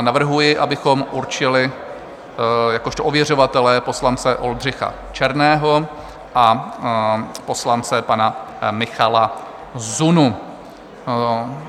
Navrhuji, abychom určili jakožto ověřovatele poslance Oldřicha Černého a poslance pana Michala Zunu.